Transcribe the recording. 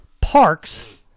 parks